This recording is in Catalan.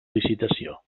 licitació